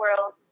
world